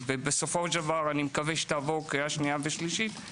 ואני מקווה שתעבור קריאה שנייה ושלישית,